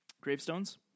gravestones